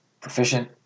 proficient